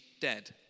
dead